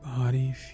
body